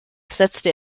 setzte